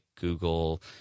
Google